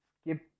skip